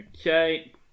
Okay